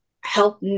help